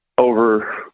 over